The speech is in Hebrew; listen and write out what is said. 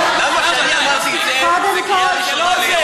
זהבה, למה, קודם כול, זה לא זה,